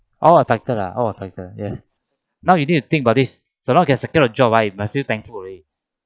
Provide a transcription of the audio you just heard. all affected lah all affected yes now you need to think about thisso now you can secure a job ah you must feel thankful already